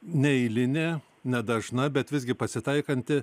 neeilinė nedažna bet visgi pasitaikanti